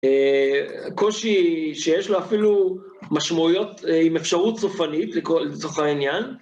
קושי שיש לו אפילו משמעויות עם אפשרות סופנית, לצורך העניין.